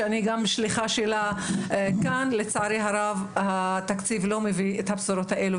שאני גם שליחה שלה כאן התקציב לא מביא את הבשורות האלו,